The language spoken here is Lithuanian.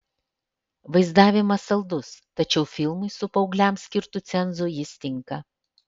vaizdavimas saldus tačiau filmui su paaugliams skirtu cenzu jis tinka